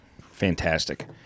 Fantastic